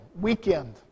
weekend